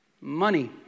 Money